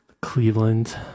Cleveland